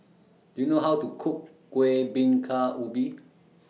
Do YOU know How to Cook Kuih Bingka Ubi